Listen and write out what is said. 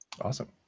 Awesome